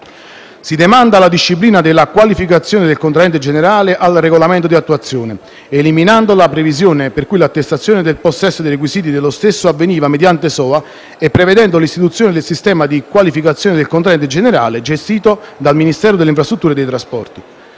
Si demanda la disciplina della qualificazione del contraente generale al regolamento di attuazione, eliminando la previsione per cui l'attestazione del possesso dei requisiti dello stesso avveniva mediante SOA, e prevedendo l'istituzione del sistema di qualificazione del contraente generale, gestito dal Ministero delle infrastrutture e dei trasporti.